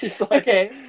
Okay